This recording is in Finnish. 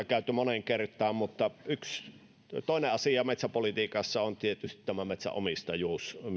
käyty moneen kertaan yksi asia metsäpolitiikassa on tietysti tämä metsänomistajuus